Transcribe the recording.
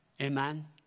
amen